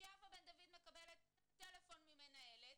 כשיפה בן דוד מקבלת טלפון ממנהלת,